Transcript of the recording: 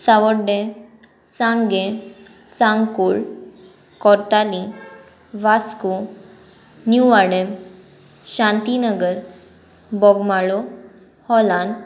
Sawarde Sanguem Sancoale Cortalim Vasco Nivde Shantinagar Bogmalo Hollant